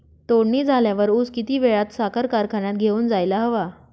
तोडणी झाल्यावर ऊस किती वेळात साखर कारखान्यात घेऊन जायला हवा?